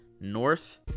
North